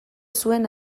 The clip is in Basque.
zuen